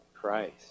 Christ